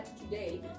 today